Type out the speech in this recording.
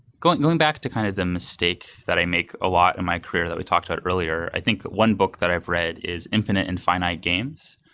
going going back to kind of the mistakes that i make a lot of my career that we talked about earlier, i think one book that i've read is infinite and finite games,